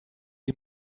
die